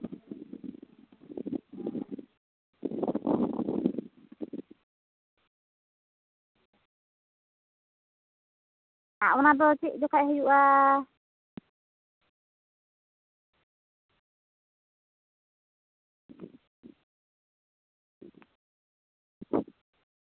ᱟᱨ ᱚᱱᱟ ᱫᱚ ᱪᱮᱫ ᱡᱚᱠᱷᱟᱡ ᱦᱩᱭᱩᱜᱼᱟ